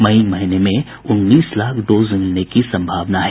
मई महीने में उन्नीस लाख डोज मिलने की सम्भावना है